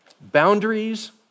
Boundaries